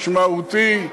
משמעותי,